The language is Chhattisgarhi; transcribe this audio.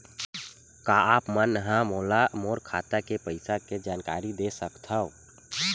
का आप मन ह मोला मोर खाता के पईसा के जानकारी दे सकथव?